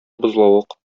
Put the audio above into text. бозлавык